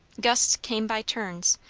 gusts came by turns,